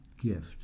gift